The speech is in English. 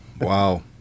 Wow